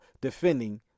defending